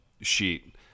sheet